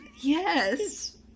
Yes